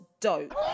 dope